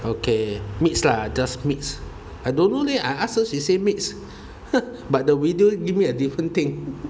okay mixed lah just mix I don't know eh I ask they say mix but the video give me a different thing